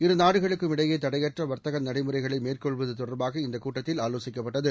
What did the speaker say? இரு நாடுகளுக்குமிடையேதடையற்றவர்த்தகநடைமுறைகளைமேற்கொள்ளுவதுதொடர்பாக இந்தக் கூட்டத்தில் ஆலோசிக்கப்பட்டது